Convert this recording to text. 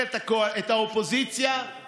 יש